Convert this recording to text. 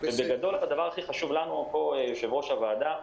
ובגדול, הדבר הכי חשוב לנו פה, יושב-ראש הוועדה,